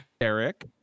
Eric